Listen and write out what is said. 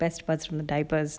best buds from the diapers